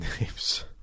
names